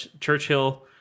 Churchill